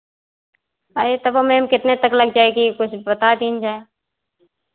अरे तभो मैम कितने तक लग जाएगी कुछ बता दीन जाए